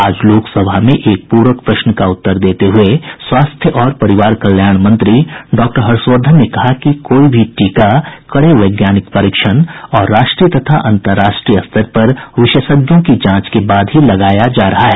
आज लोकसभा में एक पूरक प्रश्न का उत्तर देते हुए स्वास्थ्य और परिवार कल्याण मंत्री डॉक्टर हर्षवर्धन ने कहा कि कोई भी टीका कड़े वैज्ञानिक परीक्षण और राष्ट्रीय तथा अंतर्राष्ट्रीय स्तर पर विशेषज्ञों की जांच के बाद ही लगाया जा रहा है